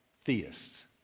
theists